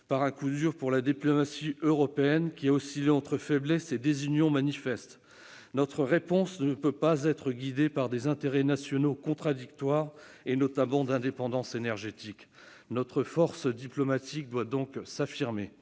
par un coup dur pour la diplomatie européenne, qui oscillait entre faiblesse et désunion manifeste. Notre réponse ne peut pas être guidée par des intérêts nationaux contradictoires, notamment en termes d'indépendance énergétique. Notre force diplomatique doit donc s'affirmer.